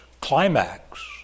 climax